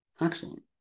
excellent